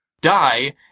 die